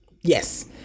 Yes